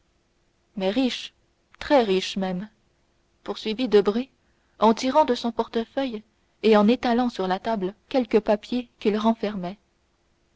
mais riche très riche même poursuivit debray en tirant de son portefeuille et en étalant sur la table quelques papiers qu'il renfermait